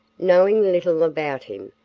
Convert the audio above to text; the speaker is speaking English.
knowing little about him,